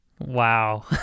Wow